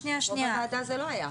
פה בוועדה זה לא היה.